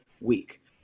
week